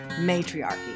matriarchy